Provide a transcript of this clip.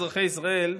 אזרחי ישראל,